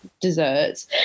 desserts